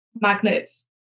magnets